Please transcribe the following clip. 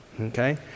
Okay